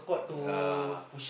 uh